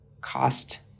cost